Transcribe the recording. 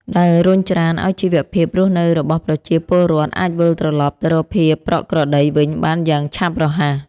ដែលរុញច្រានឱ្យជីវភាពរស់នៅរបស់ប្រជាពលរដ្ឋអាចវិលត្រឡប់ទៅរកភាពប្រក្រតីវិញបានយ៉ាងឆាប់រហ័ស។